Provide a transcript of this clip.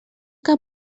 que